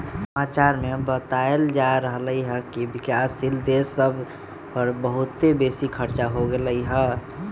समाचार में बतायल जा रहल हइकि विकासशील देश सभ पर बहुते बेशी खरचा हो गेल हइ